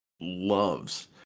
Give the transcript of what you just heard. loves